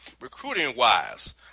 recruiting-wise –